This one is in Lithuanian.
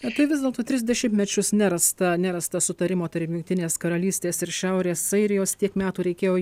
tai vis dėlto tris dešimtmečius nerasta nerasta sutarimo tarp jungtinės karalystės ir šiaurės airijos tiek metų reikėjo